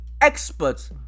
experts